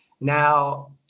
now